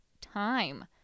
time